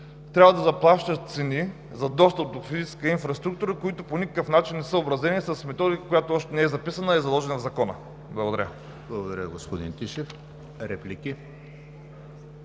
която да заплащат цени за достъп до физическа инфраструктура, които по никакъв начин не са съобразени с методиката, която още не е записана и заложена в закона. Благодаря Ви. ПРЕДСЕДАТЕЛ ЕМИЛ ХРИСТОВ: Благодаря, господин Тишев. Реплики?